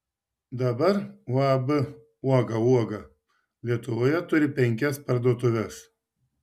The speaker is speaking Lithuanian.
dabar uab uoga uoga lietuvoje turi penkias parduotuves